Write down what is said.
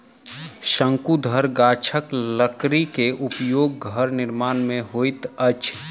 शंकुधर गाछक लकड़ी के उपयोग घर निर्माण में होइत अछि